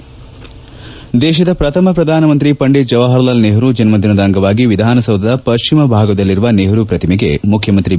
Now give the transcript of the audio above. ಧ್ವನಿ ಸಂಗಮೇಶ ದೇಶದ ಪ್ರಥಮ ಪ್ರಧಾನಮಂತ್ರಿ ಪಂಡಿತ್ ಜವಾಹರಲಾಲ್ ನೆಹರೂ ಜನ್ಮದಿನದ ಅಂಗವಾಗಿ ವಿಧಾನಸೌಧದ ಪಶ್ಚಿಮ ಭಾಗದಲ್ಲಿರುವ ನೆಹರೂ ಪ್ರತಿಮೆಗೆ ಮುಖ್ಯಮಂತ್ರಿ ಬಿ